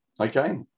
Okay